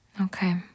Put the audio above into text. Okay